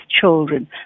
children